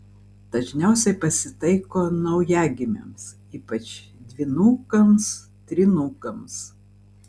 dažniausiai pasitaiko naujagimiams ypač dvynukams trynukams